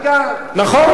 נכון, מאה אחוז.